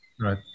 Right